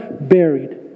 buried